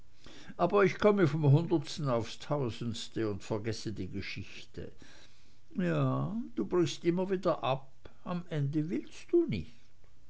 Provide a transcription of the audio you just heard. aber ich komme vom hundertsten aufs tausendste und vergesse die geschichte ja du brichst immer wieder ab am ende willst du nicht